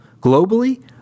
Globally